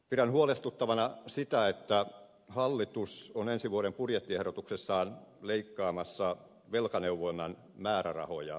pidän huolestuttavana sitä että hallitus on ensi vuoden budjettiehdotuksessaan leikkaamassa velkaneuvonnan määrärahoja